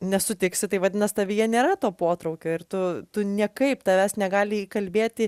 nesutiksi tai vadinas tavyje nėra to potraukio ir tu tu niekaip tavęs negali įkalbėti